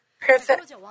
perfect